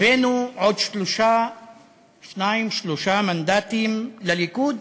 הבאנו עוד שניים-שלושה מנדטים לליכוד